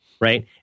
right